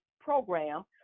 program